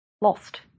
lost